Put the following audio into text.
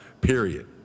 period